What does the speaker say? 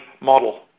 model